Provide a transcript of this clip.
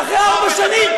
ואחרי ארבע שנים,